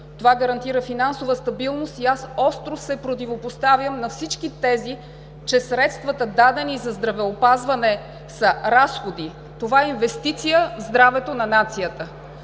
Това гарантира финансова стабилност и аз остро се противопоставям на всички тези, че средствата, дадени за здравеопазване, са разходи. Това е инвестиция в здравето на нацията.